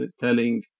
telling